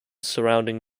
surrounding